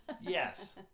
Yes